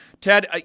Ted